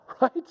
right